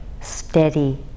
steady